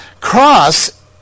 cross